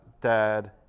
Dad